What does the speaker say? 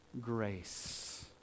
grace